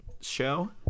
show